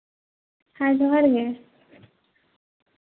ᱦᱮᱸ ᱡᱚᱦᱟᱨ ᱜᱮ